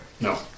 No